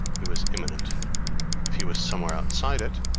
he was immanent if he was somewhere outside it,